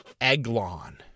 Eglon